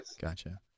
Gotcha